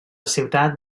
ciutat